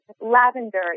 lavender